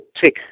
tick